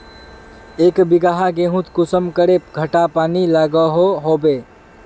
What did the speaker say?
एक बिगहा गेँहूत कुंसम करे घंटा पानी लागोहो होबे?